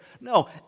No